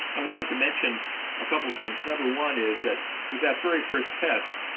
i wanted to mention a couple of things. number one is that with that very first test,